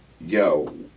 yo